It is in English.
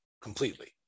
completely